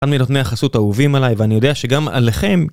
אחד מנותני החסות האהובים עליי ואני יודע שגם עליכם